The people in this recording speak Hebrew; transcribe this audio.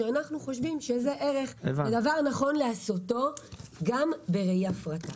שאנחנו חושבים שזה ערך ודבר נכון לעשותו גם בראי ההפרטה.